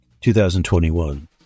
2021